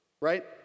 right